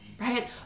Right